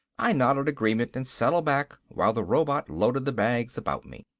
i nodded agreement and settled back while the robot loaded the bags about me.